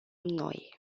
noi